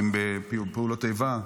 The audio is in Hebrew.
אם מפעולות האיבה,